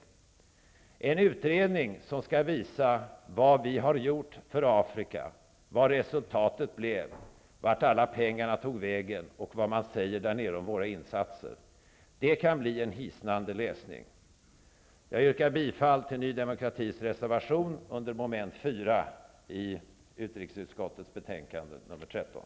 Denna utredning skall visa vad vi har gjort för Afrika, vad resultatet blev, vart alla pengarna tog vägen och vad man säger där nere om våra insatser. Det kan bli en hisnande läsning. Jag yrkar bifall till Ny demokratis reservation under mom. 4 i utrikesutskottets betänkande nr 13.